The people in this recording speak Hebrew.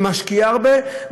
ומשקיעה הרבה,